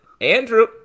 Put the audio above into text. Andrew